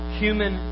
human